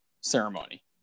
ceremony